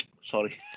Sorry